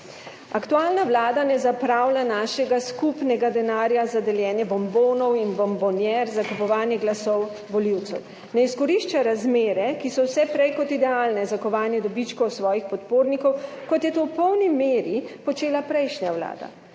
Aktualna vlada ne zapravlja našega skupnega denarja za deljenje bombonov in bombonier za kupovanje glasov volivcev. Ne izkorišča razmer, ki so vse prej kot idealne za kovanje dobičkov svojih podpornikov, kot je to v polni meri počela prejšnja vlada.